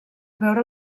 veure